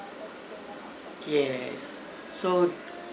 yes so